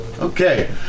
Okay